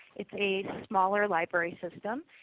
it's a smaller library system.